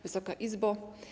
Wysoka Izbo!